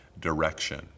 direction